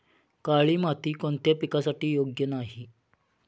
काळी माती कोणत्या पिकासाठी योग्य नाही?